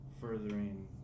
furthering